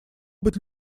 быть